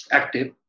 active